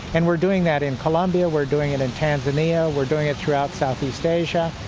and we are doing that in colombia, we are doing it in tanzania, we are doing it throughout southeast asia.